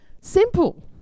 Simple